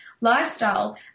lifestyle